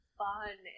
fun